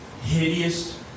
hideous